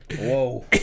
Whoa